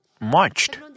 marched